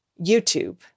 YouTube